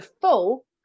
full